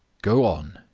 go on,